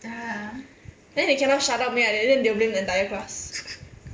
then they cannot shut up then they will blame the entire class